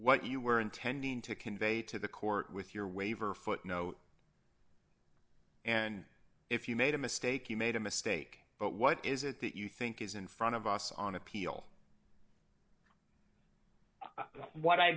what you were intending to convey to the court with your waiver footnote and if you made a mistake you made a mistake but what is it that you think is in front of us on appeal what i